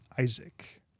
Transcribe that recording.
Isaac